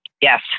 Yes